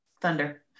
Thunder